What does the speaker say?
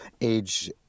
age